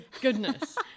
goodness